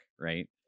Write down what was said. right